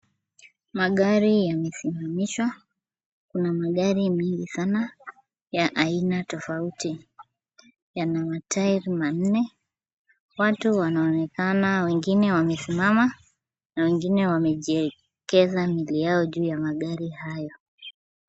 Magari yamesimamishwa, kuna magari mingi sana ya aina tofauti. Yana matairi manne. Watu wanaonekana wengine wamesimama na wengine wamejiekeza mili yao juu ya magari hayo.